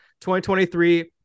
2023